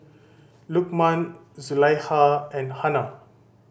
Lukman Zulaikha and Hana